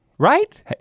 Right